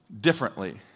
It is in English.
differently